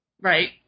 Right